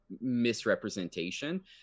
misrepresentation